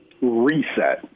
reset